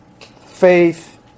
Faith